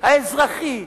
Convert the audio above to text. האזרחי,